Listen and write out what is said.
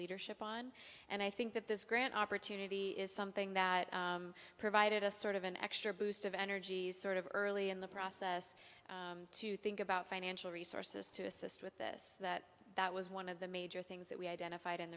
leadership on and i think that this grant opportunity is something that provided a sort of an extra boost of energy sort of early in the process to think about financial resources to assist with this that that was one of the major things that we identified